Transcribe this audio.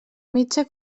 mitja